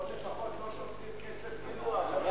פה לפחות לא שופכים קצף גילוח.